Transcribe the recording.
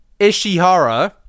Ishihara